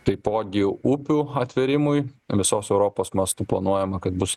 taipogi upių atvėrimui visos europos mastu planuojama kad bus